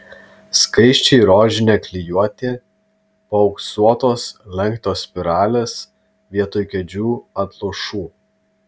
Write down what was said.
skaisčiai rožinė klijuotė paauksuotos lenktos spiralės vietoj kėdžių atlošų